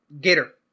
Gator